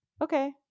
okay